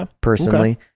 personally